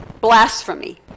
blasphemy